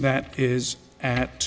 that is at